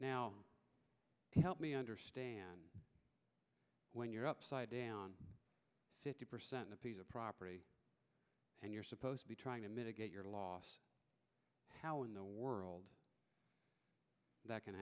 now help me understand when you're upside down fifty percent a piece of property and you're supposed to be trying to mitigate your loss how in the world that can